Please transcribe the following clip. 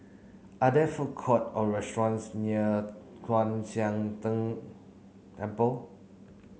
are there food court or restaurants near Kwan Siang Tng Temple